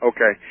Okay